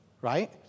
right